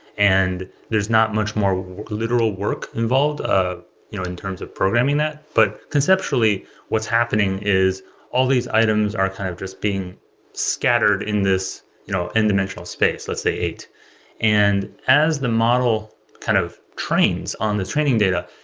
and there is not much more literal work involved ah you know in terms of programming that. but conceptually what's happening is all these items are kind of just being scattered in this you know in-dimensional space, let's say eight point and as the model kind of trains on the training data,